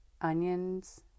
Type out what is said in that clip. onions